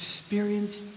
experience